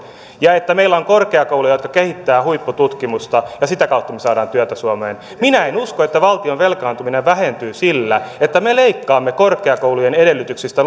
ja että meillä on korkeakouluja jotka kehittävät huippututkimusta ja sitä kautta me saamme työtä suomeen minä en usko että valtion velkaantuminen vähentyy sillä että me leikkaamme korkeakoulujen edellytyksistä